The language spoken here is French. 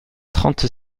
trente